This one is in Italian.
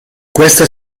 questa